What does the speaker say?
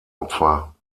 opfer